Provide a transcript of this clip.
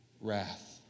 wrath